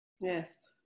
Yes